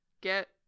get